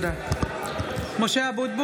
(קוראת בשמות חברי הכנסת) משה אבוטבול,